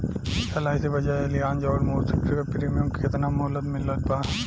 LIC Bajaj Allianz आउर मुथूट के premium के केतना मुहलत मिलल बा?